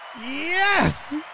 yes